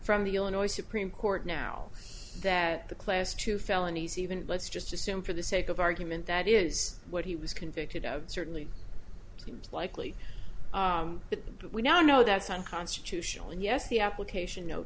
from the illinois supreme court now that the class two felonies even let's just assume for the sake of argument that is what he was convicted of certainly seems likely but we now know that's unconstitutional and yes the application no